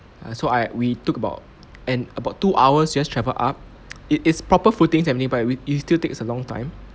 uh I we took about and about two hours just travel up it is proper footing and nearby but it still takes a long time